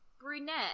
brunette